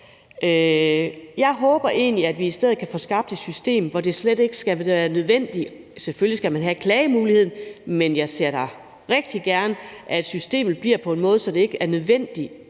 Jeg håber egentlig, at vi i stedet kan få skabt et system, hvor det slet ikke skal være nødvendigt. Selvfølgelig skal man have klagemuligheden, men jeg ser da rigtig gerne, at systemet bliver på en måde, så det ikke er nødvendigt